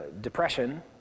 depression